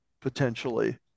potentially